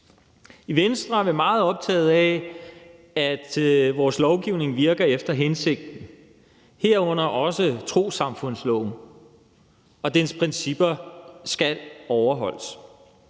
I Venstre er vi meget optaget af, at vores lovgivning virker efter hensigten, herunder også trossamfundsloven, og dens principper skal overholdes.